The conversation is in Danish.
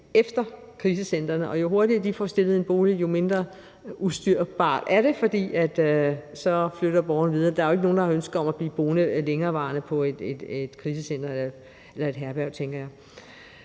herbergerne, og jo hurtigere de får stillet en bolig til rådighed, jo mere styr er der på det, for så flytter borgerne videre. Der er jo ikke nogen, der har et ønske om at blive boende i længere tid på et krisecenter eller et herberg, tænker jeg.